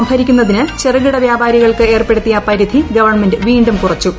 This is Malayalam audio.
സംഭരിക്കുന്നതിന് ചെറുകിട വൃദൃപാരികൾക്ക് ഏർപ്പെടുത്തിയ പരിധി ഗവൺമെന്റ് വീണ്ടും കുറച്ചു